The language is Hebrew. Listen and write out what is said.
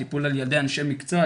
הטיפול ע"י אנשי מקצוע.